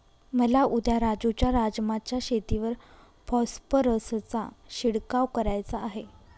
मला उद्या राजू च्या राजमा च्या शेतीवर फॉस्फरसचा शिडकाव करायचा आहे